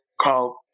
called